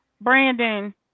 Brandon